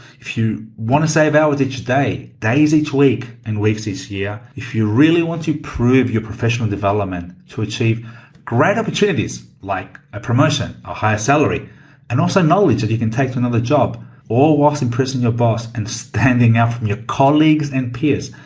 if you want to save out with each day, days, each week and weeks each year. if you really want to prove your professional development to achieve great opportunities like, a promotion, a higher salary and also knowledge that you can take to another job or what's impressing your boss and standing out from your colleagues and peers,